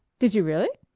did you really?